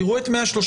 תראו את 134ח(ג)